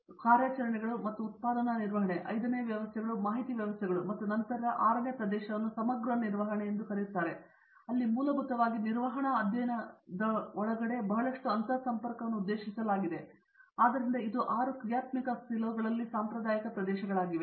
ಮುಂದಕ್ಕೆ ಕಾರ್ಯಾಚರಣೆಗಳು ಮತ್ತು ಉತ್ಪಾದನಾ ನಿರ್ವಹಣೆ ಐದನೇ ವ್ಯವಸ್ಥೆಗಳು ಮಾಹಿತಿ ವ್ಯವಸ್ಥೆಗಳು ಮತ್ತು ನಂತರ ಆರನೇ ಪ್ರದೇಶವನ್ನು ಸಮಗ್ರ ನಿರ್ವಹಣೆಯೆಂದು ಕರೆಯುತ್ತಾರೆ ಅಲ್ಲಿ ಮೂಲಭೂತವಾಗಿ ನಿರ್ವಹಣಾ ಅಧ್ಯಯನಗಳೊಳಗೆ ಬಹಳಷ್ಟು ಅಂತರಸಂಪರ್ಕವನ್ನು ಉದ್ದೇಶಿಸಲಾಗಿದೆ ಆದ್ದರಿಂದ ಇದು 6 ಕ್ರಿಯಾತ್ಮಕ ಸಿಲೋಗಳಲ್ಲಿನ ಸಾಂಪ್ರದಾಯಿಕ ಪ್ರದೇಶಗಳಾಗಿವೆ